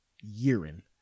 Urine